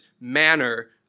manner